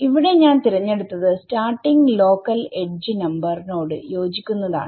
ഇവിടെ ഞാൻ തിരഞ്ഞെടുത്തത് സ്റ്റാർട്ടിങ് ലോക്കൽ എഡ്ജ് നമ്പർ നോട് യോജിക്കുന്നതാണ്